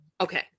Okay